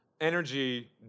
energy